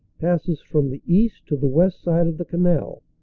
passes from the east to the west side of the canal,